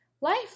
Life